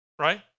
Right